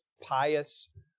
pious